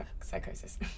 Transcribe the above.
psychosis